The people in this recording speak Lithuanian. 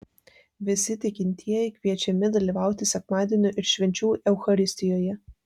visi tikintieji kviečiami dalyvauti sekmadienio ir švenčių eucharistijoje